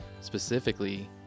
specifically